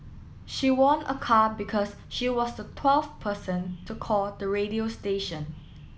she won a car because she was the twelfth person to call the radio station